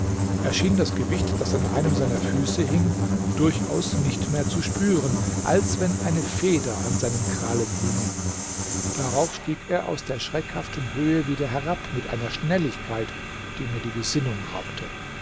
schien das gewicht das an einem seiner füße hing durchaus nicht mehr zu spüren als wenn eine feder an seinen krallen hinge darauf stieg er aus der schreckhaften höhe wieder herab mit einer schnelligkeit die mir die besinnung raubte